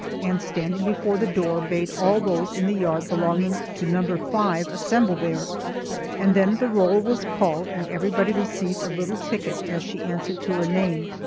and, standing before the door, bade all those in the yard belonging to number five assemble there and then the roll was called and everybody received a little ticket as she answered to her name.